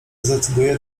zdecyduję